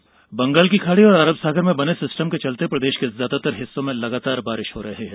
मौसम बंगाल की खाड़ी और अरब सागर में बने सिस्टम के चलते प्रदेश के ज्यादातर हिस्सों में बारिश हो रही है